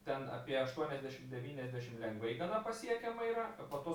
ten apie aštuoniasdešim devyniasdešim lengvai pasiekiama yra po to